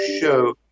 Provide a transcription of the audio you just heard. show